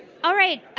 all right.